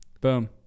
Boom